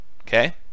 Okay